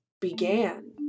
began